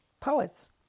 poets